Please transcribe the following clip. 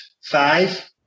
Five